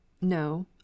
No